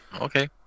Okay